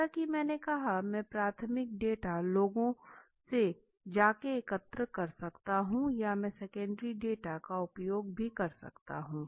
जैसा कि मैंने कहा मैं प्राथमिक डेटा लोगों से जा के एकत्र कर सकता हूँ या मैं सेकेंडरी डाटा का उपयोग भी कर सकता हूँ